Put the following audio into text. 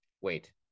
wait